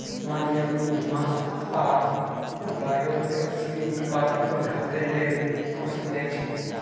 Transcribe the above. माल जाल दूध मास आ बायोगैस के उत्पादन बढ़ाबे लेल पोसल जाइ छै